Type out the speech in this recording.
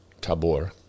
Tabor